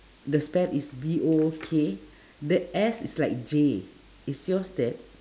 the spell is B O O K the S is like J is yours that